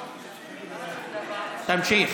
תמשיך.